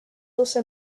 also